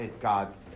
God's